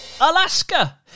Alaska